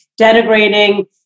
denigrating